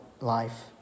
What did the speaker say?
life